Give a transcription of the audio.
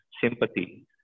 sympathy